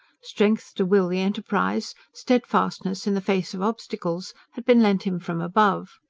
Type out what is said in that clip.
strength to will the enterprise, steadfastness in the face of obstacles had been lent him from above.